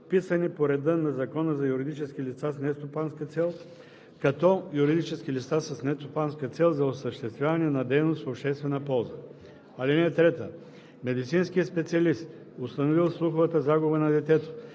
вписани по реда на Закона за юридическите лица с нестопанска цел като юридически лица с нестопанска цел за осъществяване на дейност в обществена полза. (3) Медицинският специалист, установил слуховата загуба на детето,